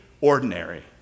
ordinary